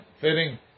fitting